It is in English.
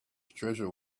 treasure